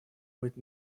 быть